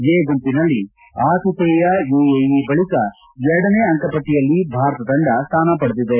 A ಗುಂಪಿನಲ್ಲಿ ಆತಿಥೇಯ UAE ಬಳಿಕ ಎರಡನೇ ಅಂಕಮಟ್ಟಿಯಲ್ಲಿ ಭಾರತ ತಂಡ ಸ್ಥಾನ ಪಡೆದಿದೆ